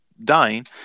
dying